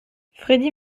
freddie